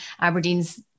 Aberdeen's